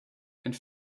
and